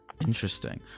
Interesting